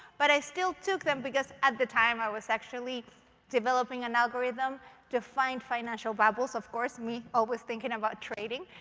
but i still took them, because at the time, i was actually developing an algorithm to find financial bubbles of course, me, always thinking about trading.